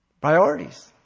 Priorities